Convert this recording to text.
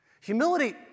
Humility